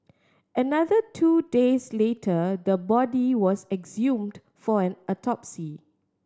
another two days later the body was exhumed for an autopsy